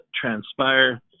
transpire